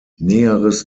näheres